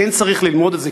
כן צריך ללמוד את זה,